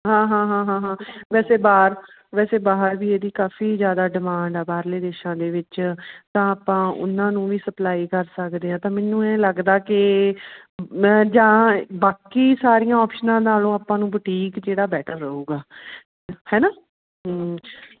ਹਾਂ ਹਾਂ ਹਾਂ ਹਾਂ ਹਾਂ ਵੈਸੇ ਬਾਹਰ ਵੈਸੇ ਬਾਹਰ ਵੀ ਇਹਦੀ ਕਾਫੀ ਜ਼ਿਆਦਾ ਡਿਮਾਂਡ ਆ ਬਾਹਰਲੇ ਦੇਸ਼ਾਂ ਦੇ ਵਿੱਚ ਤਾਂ ਆਪਾਂ ਉਹਨਾਂ ਨੂੰ ਵੀ ਸਪਲਾਈ ਕਰ ਸਕਦੇ ਹਾਂ ਤਾਂ ਮੈਨੂੰ ਐਂ ਲੱਗਦਾ ਕਿ ਮੈਂ ਜਾਂ ਬਾਕੀ ਸਾਰੀਆਂ ਆਪਸ਼ਨਾਂ ਨਾਲੋਂ ਆਪਾਂ ਨੂੰ ਬੁਟੀਕ ਜਿਹੜਾ ਬੈਟਰ ਰਹੇਗਾ ਹੈ ਨਾ